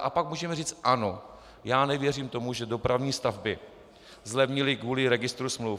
A pak můžeme říct ano, já nevěřím tomu, že dopravní stavby zlevnily kvůli registru smluv.